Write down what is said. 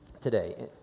today